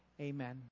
Amen